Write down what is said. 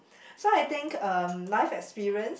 so I think um life experience